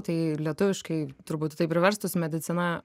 tai lietuviškai turbūt taip ir verstųsi medicina